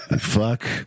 Fuck